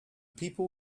people